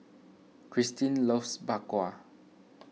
Christine loves Bak Kwa